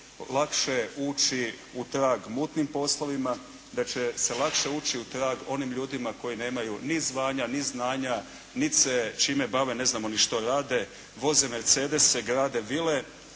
lakše ući u trag mutnim poslovima, da će se lakše ući u trag onim ljudima koji nemaju ni zvanja, ni znanja, niti se čime bave, ne znamo što rade, voze Mercedese, grade vile,